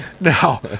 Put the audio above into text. Now